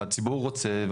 הציבור רוצה,